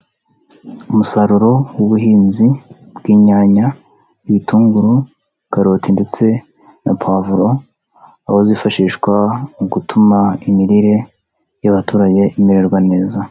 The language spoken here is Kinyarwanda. Umusaruro w'ubuhinzi bw'inyanya, ibitunguru, karoti ndetse na pavuro, aho zifashishwa mu gutuma imirire y'abaturage imererwa neza.